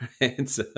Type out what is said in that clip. right